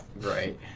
Right